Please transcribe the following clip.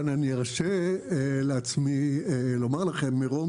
אבל אני מרשה לעצמי לומר לכם ממרום